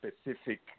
specific